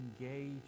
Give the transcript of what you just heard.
engage